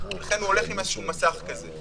לכן הוא הולך עם איזשהו מסך כזה.